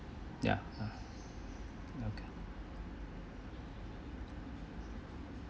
ya uh okay